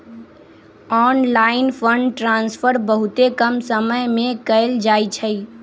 online fund transfer बहुते कम समय में कएल जाइ छइ